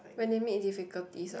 when you meet difficulties ah